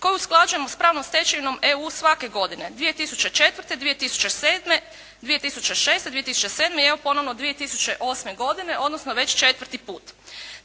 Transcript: koji usklađujemo s pravnom stečevinom EU svake godine, 2004., 2007., 2006., 2007. i evo ponovno 2008. godine, odnosno već četvrti put.